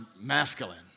masculine